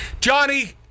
Johnny